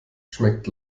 schmeckt